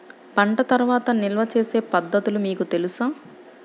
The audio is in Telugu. పంట తర్వాత నిల్వ చేసే పద్ధతులు మీకు తెలుసా?